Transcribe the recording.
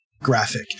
graphic